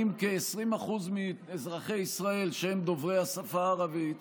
כ-20% מאזרחי ישראל שהם דוברי השפה הערבית,